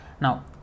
Now